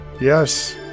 yes